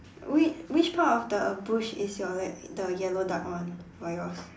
which which part of the bush is your like the yellow duck on for yours